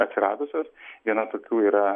atsiradusios viena tokių yra